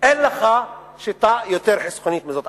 אין לך שיטה יותר חסכונית מזאת.